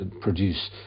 produce